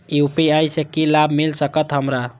UPI से की लाभ मिल सकत हमरा?